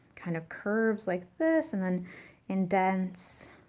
kind of curves like this, and then indents.